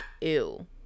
Ew